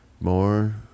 more